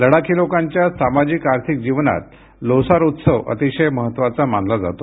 लडाखी लोकांच्या सामाजिक आर्थिक जीवनात लोसार उत्सव अतिशय महत्त्वाचा मानला जातो